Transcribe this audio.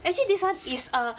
actually this one is uh